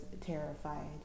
terrified